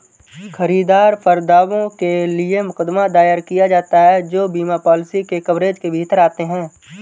खरीदार पर दावों के लिए मुकदमा दायर किया जाता है जो बीमा पॉलिसी के कवरेज के भीतर आते हैं